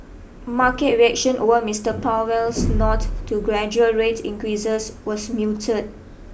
market reaction over Mister Powell's nod to gradual rate increases was muted